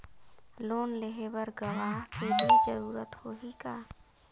Loan लेहे बर गवाह के भी जरूरत होही का?